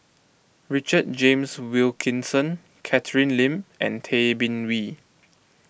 Richard James Wilkinson Catherine Lim and Tay Bin Wee